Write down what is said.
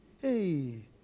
hey